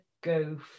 go